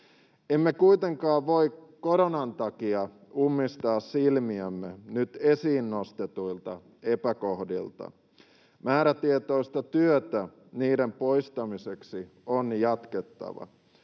Emme kuitenkaan voi koronan takia ummistaa silmiämme nyt esiin nostetuilta epäkohdilta. Määrätietoista työtä niiden poistamiseksi on jatkettava.